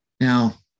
Now